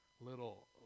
little